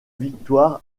victoire